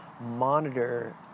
monitor